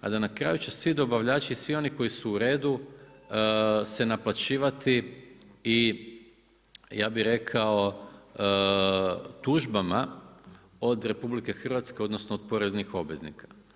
a da na kraju će svi dobavljači i svi oni koji su u redu se naplaćivati i ja bih rekao tužbama od RH odnosno od poreznih obveznika.